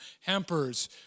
Hampers